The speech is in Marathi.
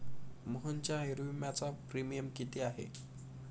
मोहनच्या आयुर्विम्याचा प्रीमियम किती आहे?